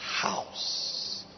house